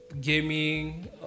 gaming